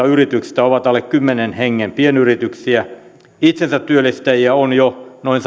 yrityksestä ovat alle kymmenen hengen pienyrityksiä itsensätyöllistäjiä on jo noin